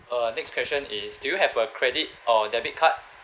uh next question is do you have a credit or debit card